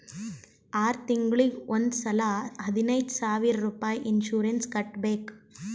R ತಿಂಗುಳಿಗ್ ಒಂದ್ ಸಲಾ ಹದಿನೈದ್ ಸಾವಿರ್ ರುಪಾಯಿ ಇನ್ಸೂರೆನ್ಸ್ ಕಟ್ಬೇಕ್